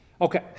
Okay